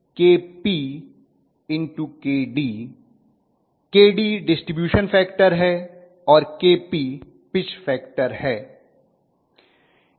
तो kw kpkd kd distribution factor है और kp पिच फैक्टर है